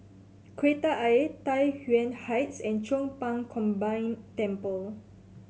Kreta Ayer Tai Yuan Heights and Chong Pang Combined Temple